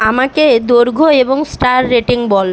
আমাকে দৈর্ঘ্য এবং স্টার রেটিং বল